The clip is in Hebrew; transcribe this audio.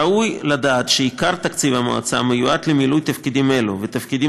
ראוי לדעת שעיקר תקציב המועצה מיועד למילוי תפקידים אלו ותפקידים